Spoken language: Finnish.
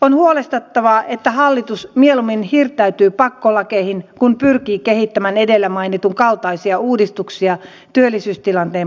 on huolestuttavaa että hallitus mieluummin hirttäytyy pakkolakeihin kuin pyrkii kehittämään edellä mainitun kaltaisia uudistuksia työllisyystilanteen parantamiseksi